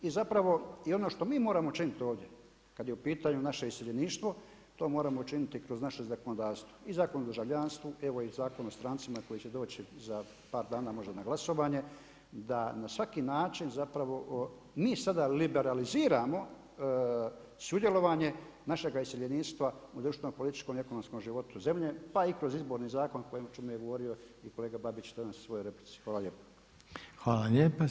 I zapravo i ono što mi moramo činiti ovdje kada je u pitanju naše iseljeništvo to moramo učiniti kroz naše zakonodavstvo i Zakon o državljanstvu, evo i Zakon o strancima koji će doći za par dana možda na glasovanje, da na svaki način zapravo mi sada liberaliziramo sudjelovanje našega iseljeništva u društveno-političkom i ekonomskom životu zemlje, pa i kroz Izborni zakon o čemu je govorio i kolega Babić danas u svojoj replici.